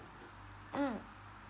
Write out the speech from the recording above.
mm